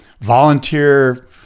volunteer